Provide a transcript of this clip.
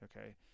okay